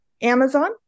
Amazon